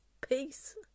peace